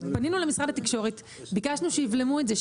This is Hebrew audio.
פנינו למשרד התקשורת, ביקשנו שיבלמו את זה.